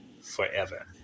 forever